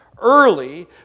early